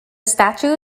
statue